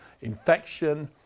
infection